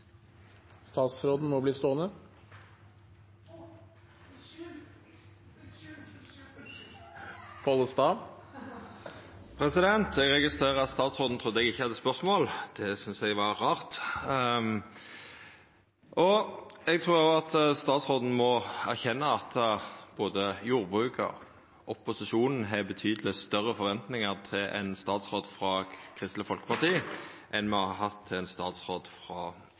Statsråden må bli stående! Eg registrerer at statsråden trudde eg ikkje hadde spørsmål. Det synest eg var rart. Eg trur òg at statsråden må erkjenna at både jordbruket og opposisjonen har betydeleg større forventningar til ein statsråd frå Kristeleg Folkeparti enn me har hatt til ein statsråd frå